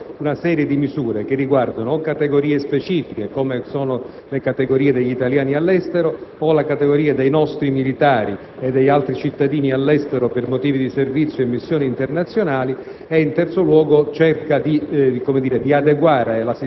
il diritto costituzionale di elettorato attraverso una serie di misure che riguardano o categorie specifiche come quella degli italiani all'estero, o la categoria dei nostri militari